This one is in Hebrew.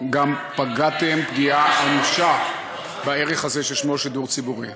גם פגעתם פגיעה אנושה בערך הזה ששמו שידור ציבורי.